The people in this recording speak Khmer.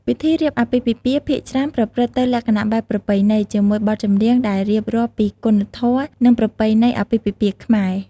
ពិធីរៀបអាពាហ៍ពិពាហ៍ភាគច្រើនប្រព្រឹត្តទៅលក្ខណៈបែបប្រពៃណី ជាមួយបទចម្រៀងដែលរៀបរាប់ពីគុណធម៌ និងប្រពៃណីអាពាហ៍ពិពាហ៍ខ្មែរ។